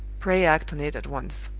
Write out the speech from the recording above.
pray act on it at once.